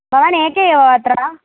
भवान् एकाकी एव वा अत्र